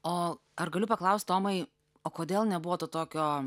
o ar galiu paklaust tomai o kodėl nebuvo to tokio